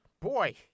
boy